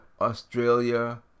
Australia